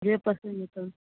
जे पसन्द हेतऽ